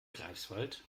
greifswald